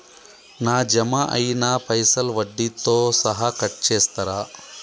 నా జమ అయినా పైసల్ వడ్డీతో సహా కట్ చేస్తరా?